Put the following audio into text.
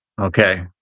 Okay